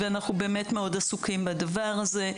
ואנחנו מאוד עסוקים בזה.